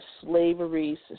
slavery